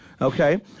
Okay